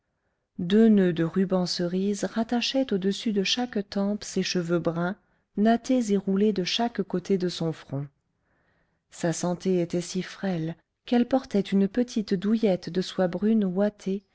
deux noeuds de rubans cerise rattachaient au-dessus de chaque tempe ses cheveux bruns nattés et roulés de chaque côté de son front sa santé était si frêle qu'elle portait une petite douillette de soie brune ouatée